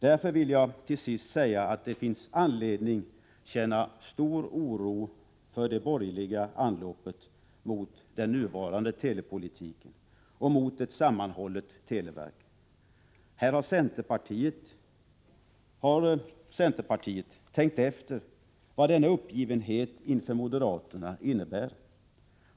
Därför vill jag till sist säga att det finns anledning att känna stor oro för det borgerliga anloppet mot den nuvarande telepolitiken och mot ett sammanhållet televerk. Har centerpartiet tänkt efter vad denna uppgivenhet inför moderaterna innebär?